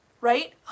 right